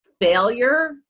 failure